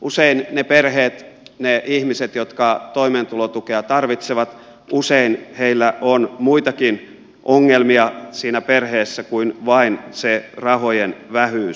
usein niillä perheillä niillä ihmisillä jotka toimeentulotukea tarvitsevat on siinä perheessä muitakin ongelmia kuin vain se rahojen vähyys